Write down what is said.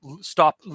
stop